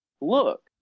look